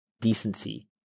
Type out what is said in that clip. decency